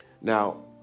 Now